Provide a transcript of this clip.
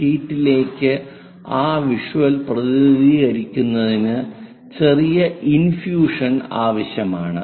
ഷീറ്റിലേക്ക് ആ വിഷ്വൽ പ്രതിനിധീകരിക്കുന്നതിന് ചെറിയ ഇൻഫ്യൂഷൻ ആവശ്യമാണ്